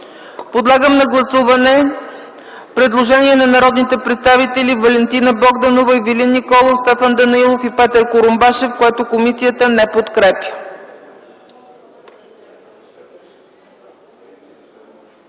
Подлагам на гласуване предложението на народните представители Валентина Богданова, Ивелин Николов, Стефан Данаилов и Петър Курумбашев, което комисията не подкрепя.